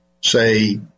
say